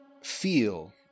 feel